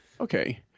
okay